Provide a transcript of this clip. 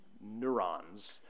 neurons